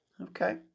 Okay